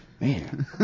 Man